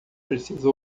precisa